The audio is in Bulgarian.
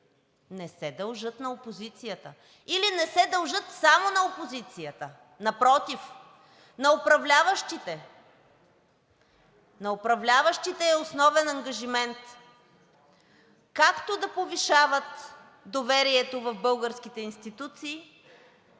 Не се дължат на опозицията или не се дължат само на опозицията. Напротив, на управляващите. На управляващите е основен ангажимент както да повишават доверието в българските институции,